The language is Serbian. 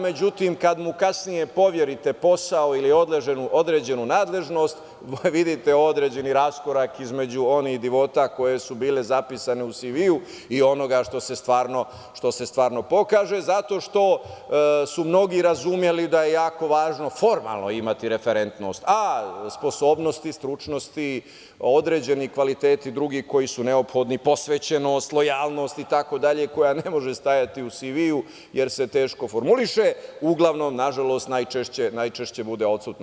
Međutim, kada mu kasnije poverite posao ili određenu nadležnost, vidite određeni raskorak između onih divota koje su bile zapisane u SV-u i onoga što se stvarno pokaže, zato što su mnogi razumeli da je jako važno formalno imati referentnost, a sposobnosti, stručnosti, određeni kvaliteti drugi koji su neophodni, posvećenost, lojalnost itd. koja ne može stajati u SV-u, jer se teško formuliše, uglavnom nažalost, najčešće, bude odsutna.